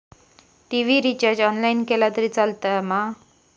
TV recharge online केला तरी चलात मा?